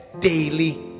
daily